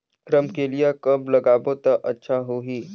रमकेलिया कब लगाबो ता अच्छा होही?